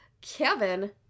Kevin